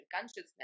consciousness